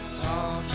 Talk